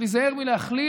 צריך להיזהר מלהכליל,